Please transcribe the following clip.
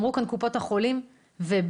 אמרו כאן קופות החולים ובצדק,